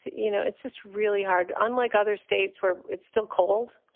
you know, it's just really hard. unlike other states where it's still cold